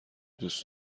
دوست